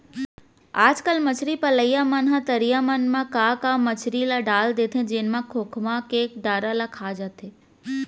आजकल मछरी पलइया मन ह तरिया म का का मछरी ल डाल देथे जेन ह खोखमा के डारा ल खा जाथे